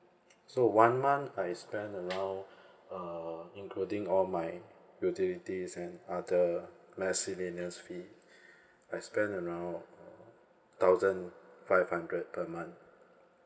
so one month I spend around uh including all my utilities and other miscellaneous fee I spend around thousand five hundred per month